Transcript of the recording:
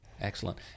Excellent